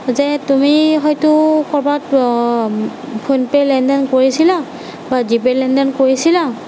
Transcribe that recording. যে তুমি হয়টো ক'ৰবাত ফোনপে' লেনদেন কৰিছিলা বা জিপে' লেনদেন কৰিছিলা